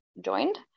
joined